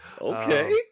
okay